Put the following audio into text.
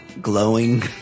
Glowing